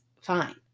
fine